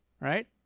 right